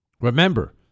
Remember